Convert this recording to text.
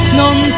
non